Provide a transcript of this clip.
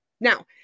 Now